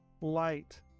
Light